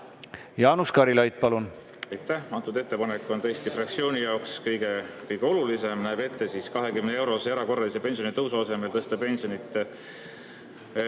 Jaanus Karilaid, palun!